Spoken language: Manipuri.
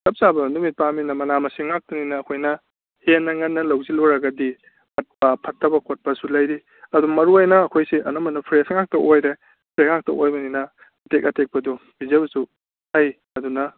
ꯆꯞ ꯆꯥꯕ ꯅꯨꯃꯤꯠ ꯄꯥꯝꯃꯤ ꯃꯅꯥ ꯃꯁꯤꯡ ꯉꯥꯛꯇꯅꯤꯅ ꯑꯩꯈꯣꯏꯅ ꯍꯦꯟꯅ ꯉꯟꯅ ꯂꯧꯁꯤꯜꯂꯨꯔꯒꯗꯤ ꯄꯠꯄ ꯐꯠꯇꯕ ꯈꯣꯠꯇꯕ ꯂꯩꯔꯤ ꯑꯗꯨ ꯃꯔꯨꯑꯣꯏꯅ ꯑꯩꯈꯣꯏꯁꯤ ꯑꯅꯝꯕꯅ ꯐ꯭ꯔꯦꯁ ꯉꯥꯛꯇ ꯑꯣꯏꯔꯦ ꯐ꯭ꯔꯦꯁ ꯉꯥꯛꯇ ꯑꯣꯏꯕꯅꯤꯅ ꯑꯇꯦꯛ ꯑꯇꯦꯛꯄꯗꯨ ꯄꯤꯖꯕꯁꯨ ꯐꯩ ꯑꯗꯨꯅ